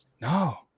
No